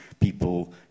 people